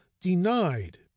denied